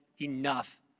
enough